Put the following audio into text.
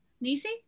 Nisi